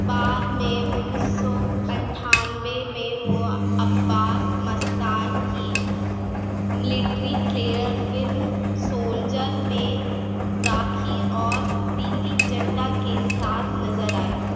بعد میں انّیس سو انٹھانوے میں وہ عباس مستان کی ملیٹری تھلیئر فلم سولجر میں راکھی اور پریتی زنتا کے ساتھ نظر آئے